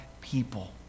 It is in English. people